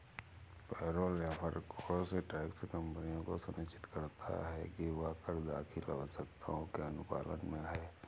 payroll या workforce tax कंपनियों को सुनिश्चित करता है कि वह कर दाखिल आवश्यकताओं के अनुपालन में है